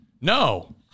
No